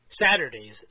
Saturdays